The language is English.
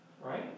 right